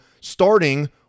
starting